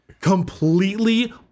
Completely